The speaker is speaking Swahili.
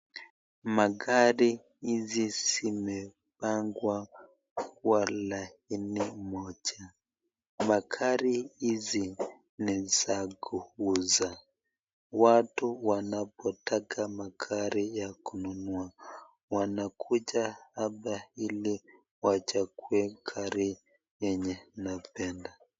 Magari hizi zimepangwa kwa laini moja , magari hizi ni za kuuza. Watu wanapotaka magari ya kununua wanakuja hapa ili wachague gari yenye amependa.